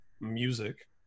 music